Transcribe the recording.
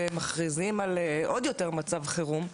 ומכריזים על עוד יותר מצב חירום,